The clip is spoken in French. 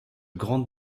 grandes